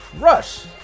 Rush